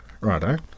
Righto